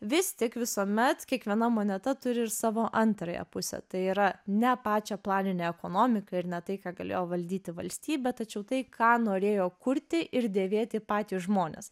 vis tik visuomet kiekviena moneta turi ir savo antrąją pusę tai yra ne pačią planinę ekonomiką ir ne tai ką galėjo valdyti valstybė tačiau tai ką norėjo kurti ir dėvėti patys žmonės